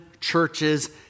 churches